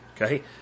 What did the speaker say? Okay